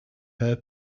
her